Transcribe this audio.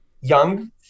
young